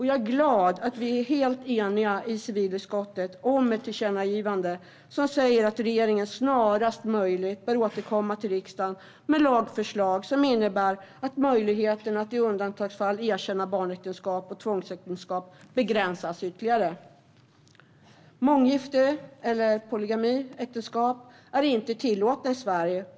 Jag är glad att vi i civilutskottet är helt eniga om att föreslå ett tillkännagivande där riksdagen uppmanar regeringen att snarast möjligt återkomma till riksdagen med lagförslag som innebär att möjligheten att i undantagsfall erkänna barnäktenskap och tvångsäktenskap begränsas ytterligare. Månggifte, eller polygama äktenskap, är inte tillåtet i Sverige.